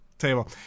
table